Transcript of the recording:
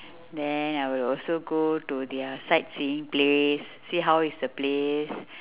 then I will also go to their sightseeing place see how is the place